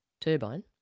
turbine